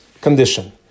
condition